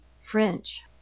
french